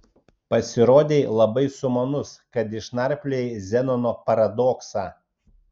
pasirodei labai sumanus kad išnarpliojai zenono paradoksą